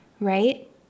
right